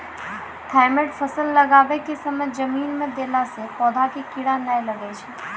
Thimet फ़सल लगाबै के समय जमीन मे देला से पौधा मे कीड़ा नैय लागै छै?